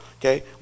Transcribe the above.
okay